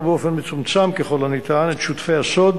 באופן מצומצם ככל הניתן את שותפי הסוד